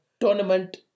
tournament